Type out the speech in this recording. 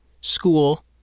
school